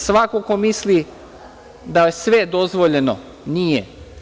Svako ko misli da je sve dozvoljeno – nije.